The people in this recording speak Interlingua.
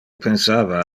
pensava